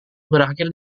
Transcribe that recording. berakhir